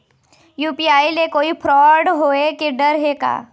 UPI ले कोई fraud होए के डर हे का?